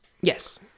Yes